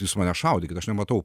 jūs mane šaudykit aš nematau